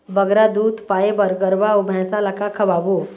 बगरा दूध पाए बर गरवा अऊ भैंसा ला का खवाबो?